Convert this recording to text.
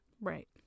Right